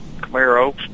Camaro